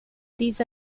these